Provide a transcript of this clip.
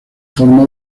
forma